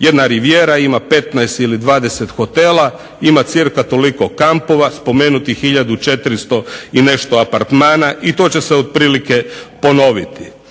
Jedna Rivijera ima 15 ili 20 hotela ima cirka toliko kampova, spomenutih 1400 i nešto apartmana i to će se otprilike ponoviti,